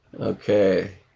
Okay